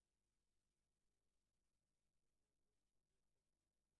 בן זוגה צריך להביא הוכחה ממקום הלימודים שלו שלא רק שהוא